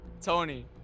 Tony